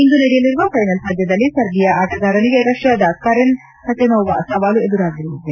ಇಂದು ನಡೆಯಲಿರುವ ಫೈನಲ್ ಪಂದ್ಯದಲ್ಲಿ ಸರ್ಬಿಯಾ ಆಟಗಾರನಿಗೆ ರಷ್ಟಾದ ಕರೆನ್ ಖಚನೊವಾ ಸವಾಲು ಎದುರಾಗಲಿದೆ